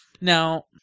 Now